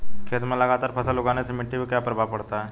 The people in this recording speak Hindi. खेत में लगातार फसल उगाने से मिट्टी पर क्या प्रभाव पड़ता है?